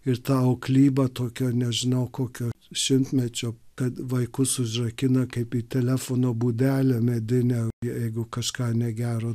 ir tau kliba tokio nežinau kokio šimtmečio kad vaikus užrakina kaip į telefono būdelę medinę jeigu kažką negero